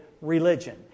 religion